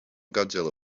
godzilla